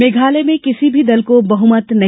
मेघालय में किसी भी दल को बहुमत नहीं